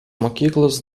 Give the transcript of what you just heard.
mokyklos